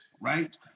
right